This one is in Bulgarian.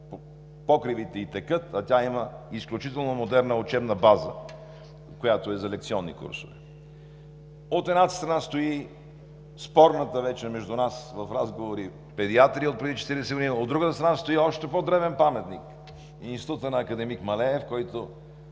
покривите ѝ текат, а тя има изключително модерна учебна база, която е за лекционни курсове? От едната страна стои спорната вече между нас от разговори Педиатрия отпреди 40 години, от другата страна стои още по-древен паметник – Институтът на академик Малеев. Аз